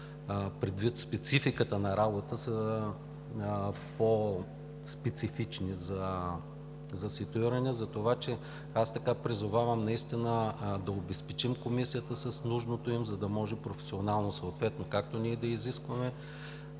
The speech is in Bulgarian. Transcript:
предвид спецификата на работа са по специфични за ситуиране. Затова аз призовавам наистина да обезпечим Комисията с нужното им, за да може професионално съответно както ние да изискваме,